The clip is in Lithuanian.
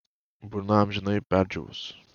burna amžinai perdžiūvus